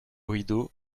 rideau